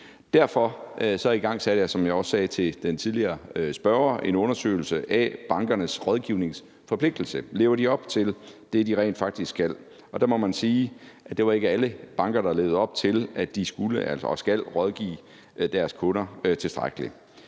som jeg også sagde til den tidligere spørger, en undersøgelse af bankernes rådgivningsforpligtelse: Lever de op til det, de rent faktisk skal? Der må man sige, at det ikke var alle banker, der levede op til, at de skulle og skal rådgive deres kunder tilstrækkeligt.